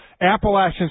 Appalachian